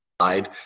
side